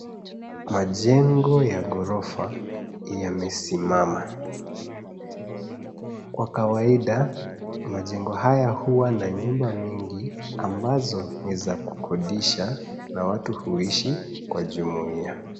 Majengo ya ghorofa yamesimama, Kwa kawaida Majengo haya huwa na nyumba mingi ambazo ni za kukodisha na watu huishi kwa jumuia.